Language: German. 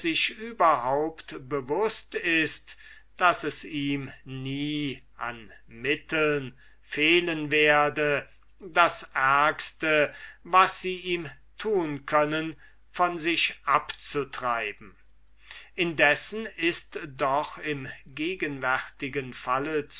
überhaupt bewußt ist daß es ihm nie an mitteln fehlen werde das ärgste was sie ihm tun können von sich abzutreiben indessen ist doch in gegenwärtigem falle